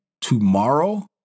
tomorrow